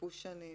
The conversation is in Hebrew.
וחלפו שנים